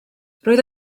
roedd